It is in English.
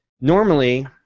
normally